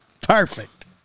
Perfect